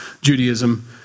Judaism